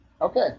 Okay